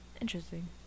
Interesting